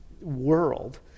world